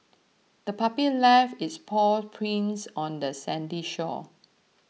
the puppy left its paw prints on the sandy shore